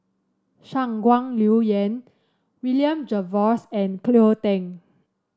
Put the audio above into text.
Shangguan Liuyun William Jervois and Cleo Thang